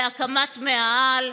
להקמת מאהל,